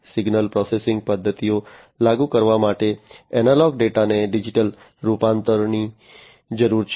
signal processing પદ્ધતિઓ લાગુ કરવા માટે એનાલોગ ડેટાને ડિજિટલ રૂપાંતરણની જરૂર છે